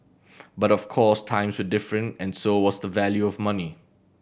but of course times were different and so was the value of money